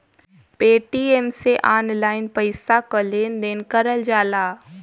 Paytm से online पइसा क लेन देन करल जाला